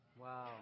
Wow